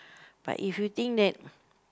but if you think that